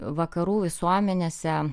vakarų visuomenėse